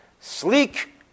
Sleek